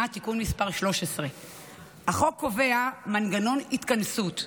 (תיקון מס' 13). החוק קובע מנגנון התכנסות: